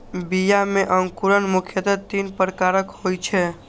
बीया मे अंकुरण मुख्यतः तीन प्रकारक होइ छै